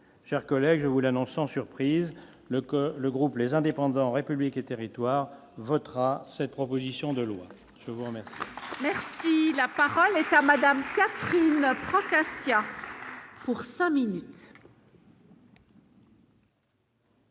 chers collègues, je vous l'annonce sans surprise le que le groupe, les indépendants républiques et territoires votera cette proposition de loi je vous remets. Merci, la parole est à madame Catherine Procaccia pour 100 minutes.